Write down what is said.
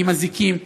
עם אזיקים,